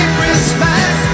Christmas